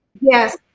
Yes